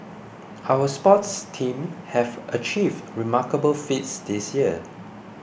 our sports teams have achieved remarkable feats this year